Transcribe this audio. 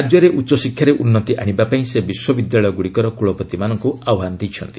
ରାଜ୍ୟରେ ଉଚ୍ଚଶିକ୍ଷାରେ ଉନ୍ନତି ଆଣିବା ପାଇଁ ସେ ବିଶ୍ୱବିଦ୍ୟାଳୟଗୁଡ଼ିକର କୁଳପତିମାନଙ୍କୁ ଆହ୍ୱାନ ଦେଇଛନ୍ତି